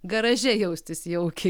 garaže jaustis jaukiai